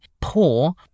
poor